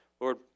Lord